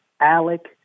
Alec